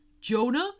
Jonah